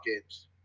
games